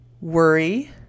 worry